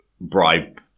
bribe